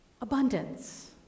abundance